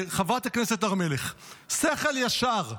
חברת הכנסת הר מלך: "שכל ישר,